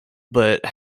but